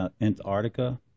Antarctica